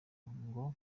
ngo